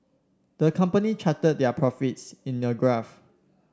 the company charted their profits in a graph